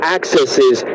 accesses